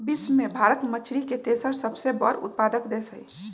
विश्व में भारत मछरी के तेसर सबसे बड़ उत्पादक देश हई